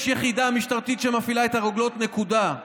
יש יחידה משטרתית שמפעילה את הרוגלות, נקודה.